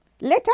Later